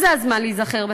וזה הזמן להיזכר בכך.